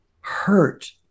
hurt